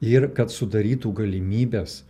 ir kad sudarytų galimybes